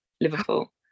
Liverpool